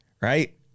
right